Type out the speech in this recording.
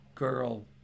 girl